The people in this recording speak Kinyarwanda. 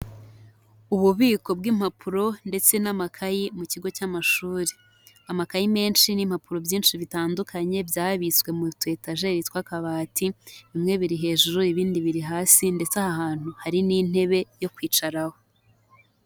Ububiko bw'impapuro ndetse n'amakayi mu kigo cy'amashuri, amakayi menshi n'impapuro byinshi bitandukanye byabitswe mu tu etajeri tw'akabati, bimwe biri hejuru ibindi biri hasi ndetse aha hantu hari n'intebe yo kwicaraho.